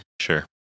Sure